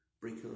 Breaker